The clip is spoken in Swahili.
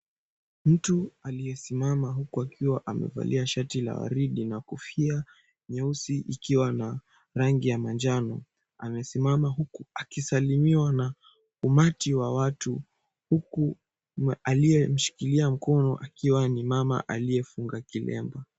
Mtu aliyesimama huku akiwa amevalia shati la waridi na kofia nyeusi ikiwa na rangi ya manjano, amesimama huku akisalimiwa na umati wa watu. Huku aliyemshikilia mkono akiwa ni mama aliyefunga kilemba.